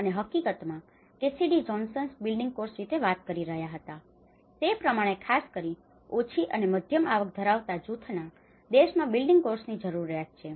અને હકીકતમાં Cassidy Johnson building course વિશે વાત કરી રહ્યા હતા તે પ્રમાણે ખાસ કરીને ઓછી અને મધ્યમ આવક ધરાવતા જૂથના દેશોમાં બિલ્ડિંગ કોર્સની જરૂરિયાત છે